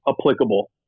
applicable